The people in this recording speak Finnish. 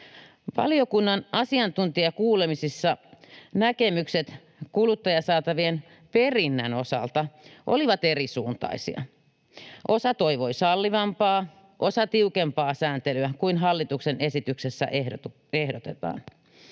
Valiokunnan asiantuntijakuulemisissa näkemykset kuluttajasaatavien perinnän osalta olivat erisuuntaisia. Osa toivoi sallivampaa, osa tiukempaa sääntelyä kuin hallituksen esityksessä ehdotetaan.